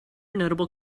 notable